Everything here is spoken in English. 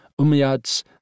Umayyads